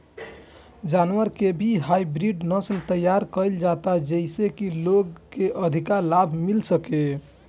जानवर के भी हाईब्रिड नसल तैयार कईल जाता जेइसे की लोग के अधिका लाभ मिल सके